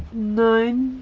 nine,